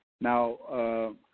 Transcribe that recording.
Now